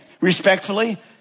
Respectfully